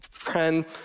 friend